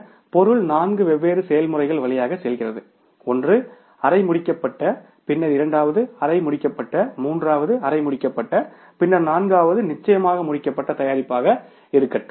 உதாரணமாக பொருள் நான்கு வெவ்வேறு செயல்முறைகள் வழியாக செல்கிறது ஒன்று அரை முடிக்கப்பட்ட பின்னர் இரண்டாவது அரை முடிக்கப்பட்ட மூன்றாவது அரை முடிக்கப்பட்ட பின்னர் நான்காவது நிச்சயமாக முடிக்கப்பட்ட தயாரிப்பாக இருக்கட்டும்